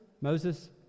Moses